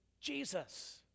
Jesus